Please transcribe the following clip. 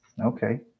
Okay